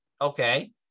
Okay